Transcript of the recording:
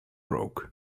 broke